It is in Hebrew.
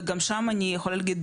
וגם שם אני יכולה להגיד,